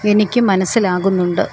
എനിക്ക് മനസ്സിലാകുന്നുണ്ട്